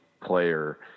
player